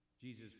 Jesus